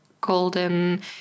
golden